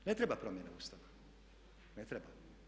Ne treba promjena Ustava, ne treba.